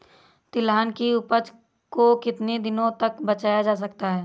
तिलहन की उपज को कितनी दिनों तक बचाया जा सकता है?